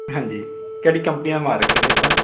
ਹਾਂਜੀ ਕਿਹੜੀ ਕੰਪਨੀਆਂ ਦਾ ਮਾਲ ਰੱਖਿਆ ਜੀ ਆਪਾਂ